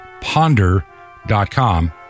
ponder.com